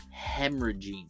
hemorrhaging